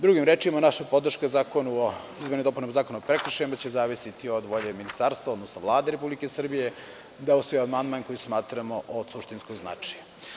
Drugim rečima, naša podrška izmenama i dopunama Zakona o prekršajima će zavisiti od volje Ministarstva, odnosno Vlade Republike Srbije, da usvoji amandman koji smatramo od suštinskog značaja.